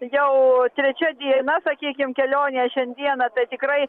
jau trečia diena sakykim kelionė šiandieną tai tikrai